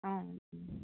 অ